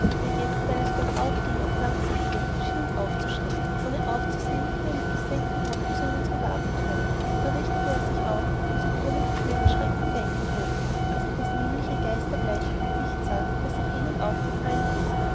der jetzt weil es bergauf ging auch langsam fuhr schien ihn aufzuschrecken ohne aufzusehen ging er mit gesenktem haupt bis an unsere wagentüre da richtete er sich auf und sie können sich meinen schrecken denken hofrat als ich das nämliche geisterbleiche gesicht sah das auch ihnen aufgefallen ist